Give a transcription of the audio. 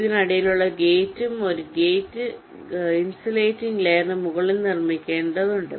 അതിനിടയിലുള്ള ഗേറ്റും ഗേറ്റും ഒരു ഇൻസുലേറ്റിംഗ് ലെയറിന് മുകളിൽ നിർമ്മിക്കേണ്ടതുണ്ട്